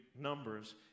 numbers